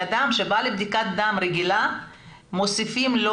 אדם שבא לבדיקת דם רגילה מוסיפים לו,